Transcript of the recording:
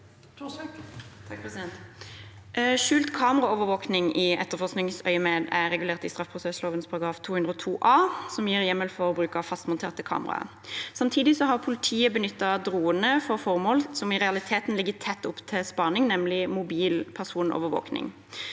Skjult ka- meraovervåkning i etterforskningsøyemed er regulert i straffeprosessloven § 202 a, som gir hjemmel for bruk av fastmonterte kameraer. Samtidig har politiet benyttet droner for formål som i realiteten ligger tett opp til spaning, nemlig mobil personovervåkning.